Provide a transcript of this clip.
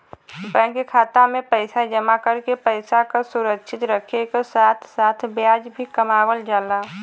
bank खाता में पैसा जमा करके पैसा क सुरक्षित रखे क साथ साथ ब्याज भी कमावल जाला